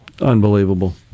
Unbelievable